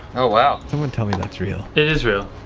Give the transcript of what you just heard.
oh wow. someone tell me that's real. it is real.